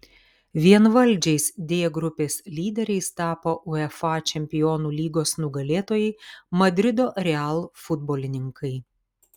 vienvaldžiais d grupės lyderiais tapo uefa čempionų lygos nugalėtojai madrido real futbolininkai